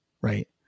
Right